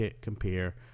compare